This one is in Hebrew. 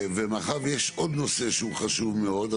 מאחר ויש עוד נושא שהוא חשוב מאוד,